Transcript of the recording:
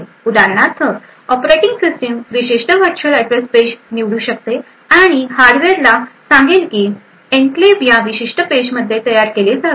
उदाहरणार्थ operating system विशिष्ट virtual address page निवडू शकते आणि हार्डवेअरला सांगेल की एन्क्लेव्ह या विशिष्ट पेजमध्ये तयार केले जावे